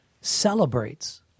celebrates